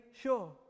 sure